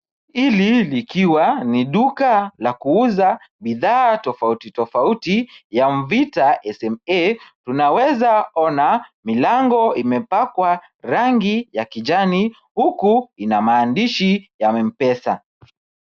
Hili likiwa ni duka la kuuza bidhaa tofauti tofauti ya Mvita SMA. Tunaweza ona milango imepakwa rangi ya kijani, huku lina maandishi ya M-pesa.